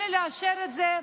ולאשר את זה.